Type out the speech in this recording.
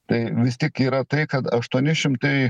tai vis tik yra tai kad aštuoni šimtai